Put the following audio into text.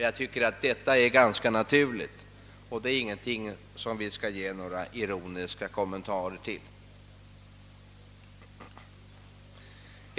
Jag tycker att det är ganska naturligt. Det är ingenting som vi skall göra några ironiska kommentarer till.